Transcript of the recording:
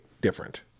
different